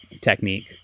technique